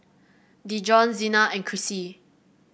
Dijon Zina and Krissy